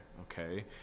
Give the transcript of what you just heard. okay